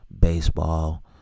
baseball